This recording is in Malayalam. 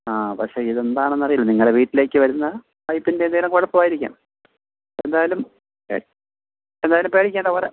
ആ പക്ഷേ ഇത് എന്താണെന്ന് അറിയില്ല നിങ്ങളുടെ വീട്ടിലേക്ക് വരുന്ന പൈപ്പിൻ്റെ എന്തെങ്കിലും കുഴപ്പം ആയിരിക്കാം എന്തായാലും പേ എന്തായാലും പേടിക്കണ്ട വരാം